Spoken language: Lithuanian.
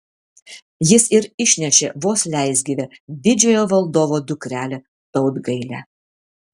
jis ir išnešė vos leisgyvę didžiojo valdovo dukrelę tautgailę